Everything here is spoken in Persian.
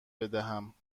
بدهم